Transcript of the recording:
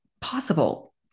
possible